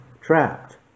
trapped